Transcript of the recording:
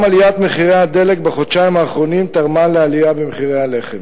גם עליית מחירי הדלק בחודשיים האחרונים תרמה לעלייה במחירי הלחם.